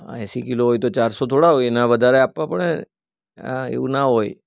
હં અ અ એંસી કિલો હોય તો ચારસો થોડાં હોય એના વધારે આપવા પડે એવું ના હોય